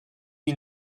wie